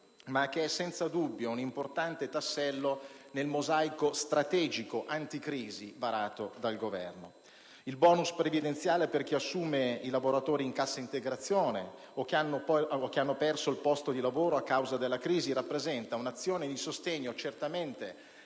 ma che è senza dubbio un importante tassello nel mosaico strategico anticrisi varato dal Governo. Il *bonus* previdenziale per chi assume i lavoratori posti in cassa integrazione o che hanno perso il posto di lavoro a causa della crisi rappresenta un'azione di sostegno certamente